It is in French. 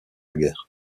guerre